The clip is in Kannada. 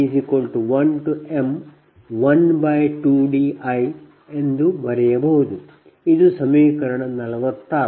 ಈ ಸಮೀಕರಣದಿಂದ ನೀವು λPLi1mbi2dii1m12di ಎಂದು ಬರೆಯಬಹುದು ಇದು ಸಮೀಕರಣ 46